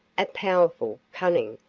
a powerful, cunning,